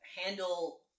handle